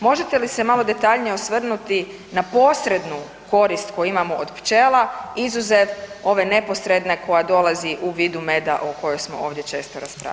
Možete li se malo detaljnije osvrnuti na posrednu korist koju imamo od pčela izuzev ove neposredne koja dolazi u vidu meda o kojoj smo ovdje često raspravljali?